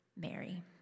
Mary